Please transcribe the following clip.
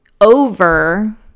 over